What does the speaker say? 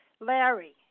Larry